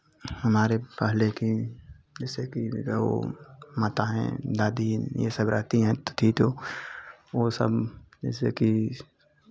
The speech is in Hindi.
हमारे पहले की जैसे कि वो माता हैं दादी ये सब रहती हैं तो थी तो वो सब जैसे कि